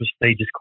prestigious